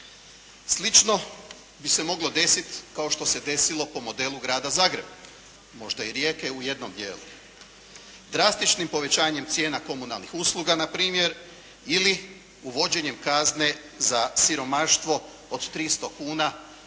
Slično bi se moglo desit kao što se desilo po modelu Grada Zagreba. Možda i Rijeke u jednom dijelu. Drastičnim povećanjem cijena komunalnih usluga npr. ili uvođenjem kazne za siromaštvo od 300 kuna